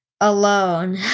alone